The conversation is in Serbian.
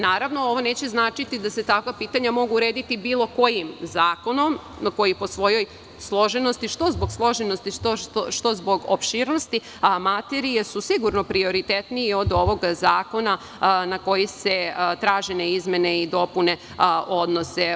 Naravno, ovo neće značiti da se takva pitanja mogu urediti bilo kojim zakonom, koji po svojoj složenosti, što zbog složenosti, što zbog opširnosti, a materije su sigurno prioritetnije od ovog zakona na koji se tražene izmene i dopune odnose.